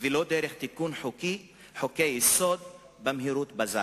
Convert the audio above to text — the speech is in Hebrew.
ולא בדרך של תיקון חוקי-יסוד במהירות בזק.